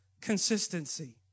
consistency